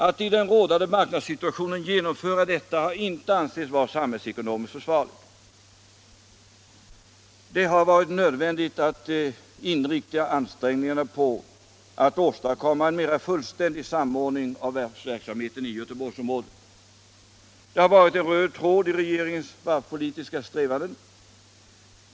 Att i den rådande marknadssituationen genomföra detta har inte ansetts vara samhällsekonomiskt försvarligt. Det har varit nödvändigt att inrikta ansträngningarna på att åstadkomma en mera fullständig samordning av varvsverksamheten i Göteborgsområdet. Det har varit en röd tråd i regeringens varvspolitiska strävanden.